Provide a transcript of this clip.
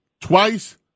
twice